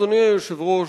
אדוני היושב-ראש,